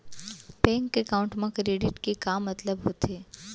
Bank account मा credit के का मतलब होथे?